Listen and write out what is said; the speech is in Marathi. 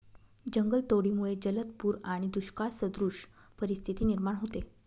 जंगलतोडीमुळे जलद पूर आणि दुष्काळसदृश परिस्थिती निर्माण होते